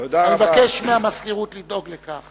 אני מבקש מהמזכירות לדאוג לכך